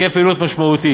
להיקף פעילות משמעותי.